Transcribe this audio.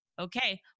Okay